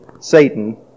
Satan